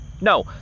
No